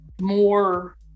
more